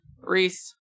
reese